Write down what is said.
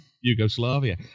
Yugoslavia